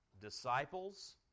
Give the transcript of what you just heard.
disciples